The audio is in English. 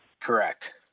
Correct